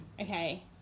Okay